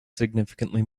significantly